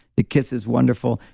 the kiss is wonderful.